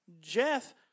Jeff